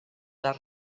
les